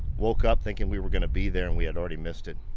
woke up thinking we were gonna be there and we had already missed it.